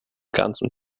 ganzen